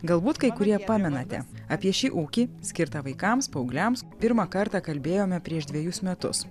galbūt kai kurie pamenate apie šį ūkį skirtą vaikams paaugliams pirmą kartą kalbėjome prieš dvejus metus